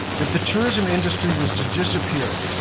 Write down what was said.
if the tourism industry was to disappear,